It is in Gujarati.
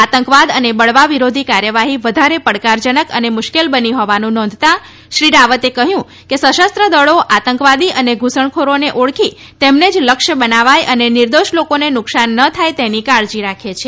આતંકવાદ અને બળવા વિરોધી કાર્યવાહી વધારે પડકારજનક અને મુશ્કેલ બની હોવાનું નોંધતા શ્રી રાવતે કહ્યું કે સશસ્ત્ર દળો આતંકવાદી અને ઘુસણખોરોને ઓળખી તેમને જ લક્ષ્ય બનાવાય અને નિર્દોષ લોકોને નુકસાન ન થાય તેની કાળજી રાખે છે